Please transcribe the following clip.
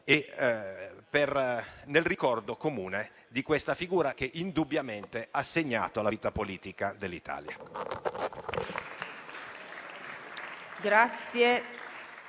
nel ricordo comune di una figura che indubbiamente ha segnato la vita politica dell'Italia.